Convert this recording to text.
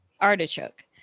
Artichoke